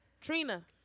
Trina